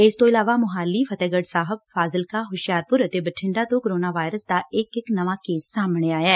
ਇਸ ਤੋਂ ਇਲਾਵਾ ਮੋਹਾਲੀ ਫਤਹਿਗੜ੍ ਸਾਹਿਬ ਫਾਜ਼ਿਲਕਾ ਹੁਸ਼ਿਆਰਪੁਰ ਅਤੇ ਬਠਿੰਡਾ ਤੋਂ ਕੋਰੋਨਾ ਵਾਇਰਸ ਦਾ ਇੱਕ ਇੱਕ ਨਵਾਂ ਕੇਸ ਸਾਹਮਣੇ ਆਇਐ